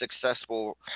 successful